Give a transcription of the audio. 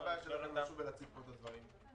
מה הבעיה שלכם לשוב ולהציג פה את הדברים?